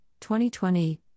2020